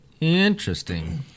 Interesting